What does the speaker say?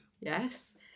yes